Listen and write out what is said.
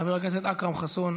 חבר הכנסת אכרם חסון,